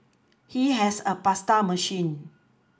he has a pasta machine